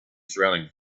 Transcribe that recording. surrounding